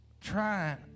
trying